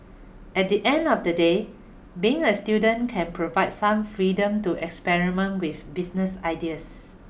at the end of the day being a student can provide some freedom to experiment with business ideas